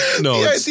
No